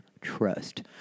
trust